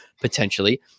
potentially